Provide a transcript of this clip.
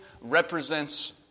represents